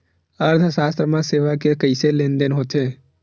अर्थशास्त्र मा सेवा के कइसे लेनदेन होथे?